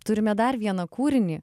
turime dar vieną kūrinį